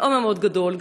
מאוד מאוד גדולים,